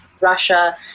Russia